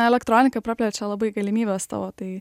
elektronika praplečia labai galimybes tavo tai